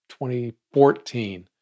2014